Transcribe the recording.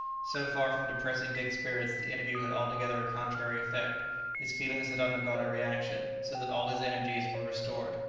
so far from depressing dick's spirits, the interview had altogether a contrary effect his feelings had undergone a reaction, so that all his energies were restored.